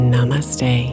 Namaste